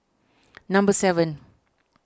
number seven